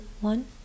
one